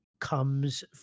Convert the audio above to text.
comes